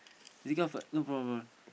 take out first no problem no problem